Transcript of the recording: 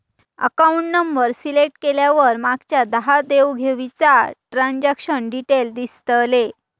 account number select केल्यावर मागच्या दहा देव घेवीचा ट्रांजॅक्शन डिटेल दिसतले